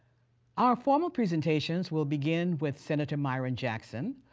our formal presentations will begin with senator myron jackson,